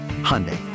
Hyundai